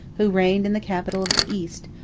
who reigned in the capital of the east,